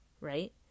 right